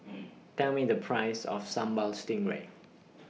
Tell Me The Price of Sambal Stingray